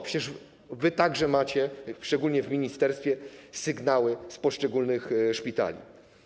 Przecież wy także macie, szczególnie w ministerstwie, sygnały z poszczególnych szpitali.